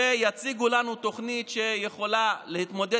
אם הם יציגו לנו תוכנית שיכולה להתמודד